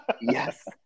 yes